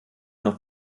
noch